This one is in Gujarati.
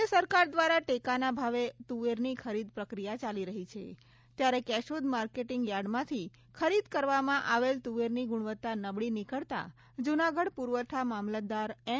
રાજ્ય સરકાર દ્વારા ટેકાના ભાવે તુવેરની ખરીદ પ્રક્રિયા ચાલી રહી છે ત્યારે કેશોદ માર્કેટીંગ યાર્ડમાંથી ખરીદ કરવામાં આવેલ તુવેરની ગુણવતા નબળી નીકળતા જૂનાગઢ પૂરવઠા મામલતદાર એન